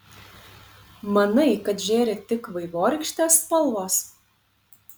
manai kad žėri tik vaivorykštės spalvos